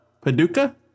Paducah